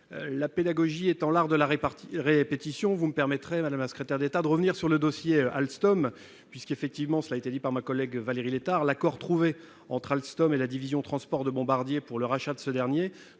la pédagogie étant l'art de la répétition, vous me permettrez, madame la secrétaire d'État, de revenir sur le dossier Alstom. Comme l'a dit ma collègue Valérie Létard, l'accord trouvé entre Alstom et la division transport de Bombardier pour le rachat de cette dernière